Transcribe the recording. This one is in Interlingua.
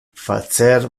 facer